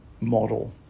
model